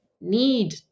need